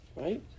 right